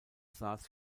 saß